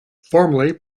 formerly